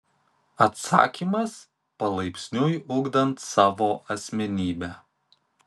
atsakymas palaipsniui ugdant savo asmenybę